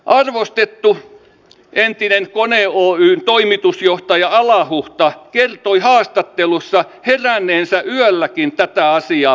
arvostettu entinen kone oyjn toimitusjohtaja alahuhta kertoi haastattelussa heränneensä yölläkin tätä asiaa pohtimaan